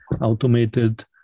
automated